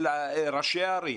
של ראשי ערים,